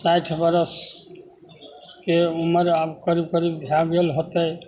साठि बरिसके उमरि आब करीब करीब भै गेल होतै